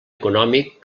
econòmic